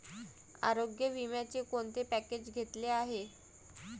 आरोग्य विम्याचे कोणते पॅकेज घेतले आहे?